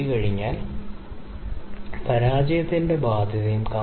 ടാർഗെറ്റിൽ നിന്നുള്ള വ്യതിയാനത്തിന്റെ ചതുരം